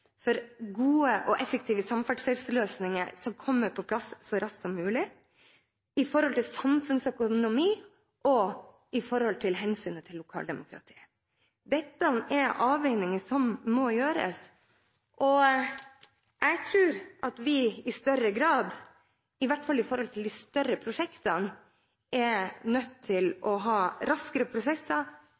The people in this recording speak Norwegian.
plass så raskt som mulig, samfunnsøkonomi og hensynet til lokaldemokratiet. Dette er avveininger som må gjøres. Jeg tror at vi i større grad, i hvert fall med hensyn til de større prosjektene, er nødt til å ha raskere prosesser